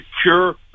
secure